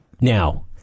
Now